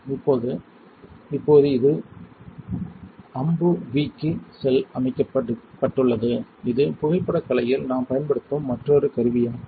இப்போது இப்போது இது AMBUV க்கு அமைக்கப்பட்டுள்ளது இது புகைப்படக் கலையில் நாம் பயன்படுத்தும் மற்றொரு கருவியாகும்